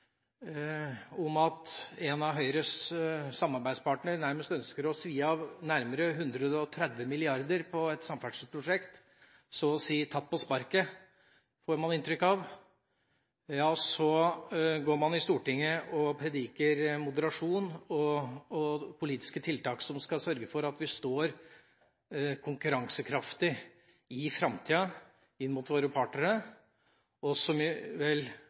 at en av Høyres samarbeidspartnere nærmest ønsker å svi av nærmere 130 mrd. kr på et samferdselsprosjekt – så å si tatt på sparket, får man inntrykk av – står i Stortinget og prediker moderasjon og politiske tiltak som skal sørge for at vi er konkurransekraftige i framtida i forhold til våre partnere, som vel bør være det viktigste tiltaket vårt for å bidra til at vi